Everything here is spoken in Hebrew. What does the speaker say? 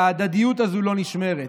וההדדיות הזאת לא נשמרת.